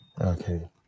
Okay